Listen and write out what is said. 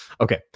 Okay